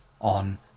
on